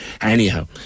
Anyhow